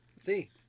See